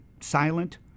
silent